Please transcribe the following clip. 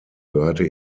gehörte